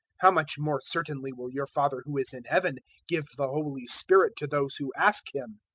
how much more certainly will your father who is in heaven give the holy spirit to those who ask him!